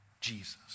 Jesus